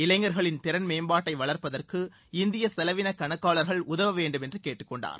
இளைஞர்களின் திறன் மேம்பாட்டை வளர்ப்பதற்கு இந்திய செலவின கணக்காளர்கள் உதவ வேண்டும் என்று கேட்டுக்கொண்டார்